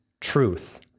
truth